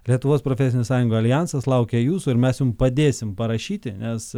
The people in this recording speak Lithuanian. lietuvos profesinių sąjungų aljansas laukia jūsų ir mes jum padėsim parašyti nes